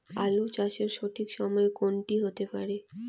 আলু চাষের সঠিক সময় কোন টি হতে পারে?